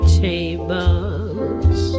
tables